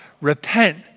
Repent